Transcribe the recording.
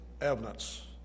evidence